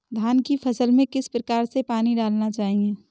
धान की फसल में किस प्रकार से पानी डालना चाहिए?